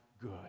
good